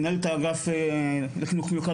מנהלת האגף הקודמת לחינוך מיוחד,